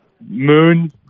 Moon